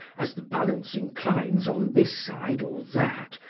as the balance inclines on this side or that,